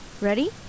Ready